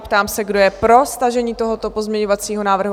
Ptám se, kdo je pro stažení tohoto pozměňovacího návrhu?